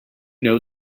know